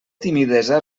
timidesa